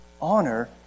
Honor